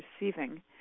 receiving